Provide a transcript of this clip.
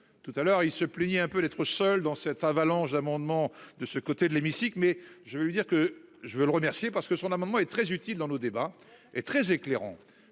tout à l'heure, il se plaignait un peu d'être seul dans cette avalanche d'amendements de ce côté de l'hémicycle mais je vais lui dire que je veux le remercier, parce que son amendement très utile dans le débat est très éclairant,